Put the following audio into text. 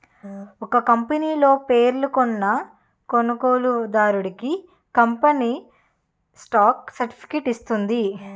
ఒక కంపనీ లో షేర్లు కొన్న కొనుగోలుదారుడికి కంపెనీ స్టాక్ సర్టిఫికేట్ ఇస్తుంది